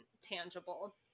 tangible